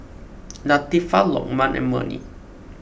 Latifa Lokman and Murni